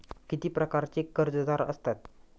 किती प्रकारचे कर्जदार असतात